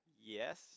Yes